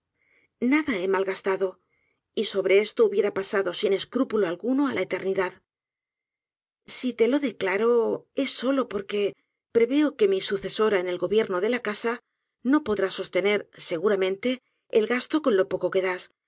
nada he malgastado y sobre esto hubiera pasado sin escrúpulo alguno á la eternidad si te lo declaro es solo porque preveo que mi sucesora en el gobierno de la casa no podrá sostener seguramente el gasto con lo poco que das